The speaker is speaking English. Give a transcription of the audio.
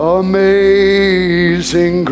amazing